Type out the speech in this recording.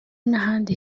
n’ahandi